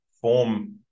form